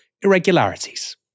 irregularities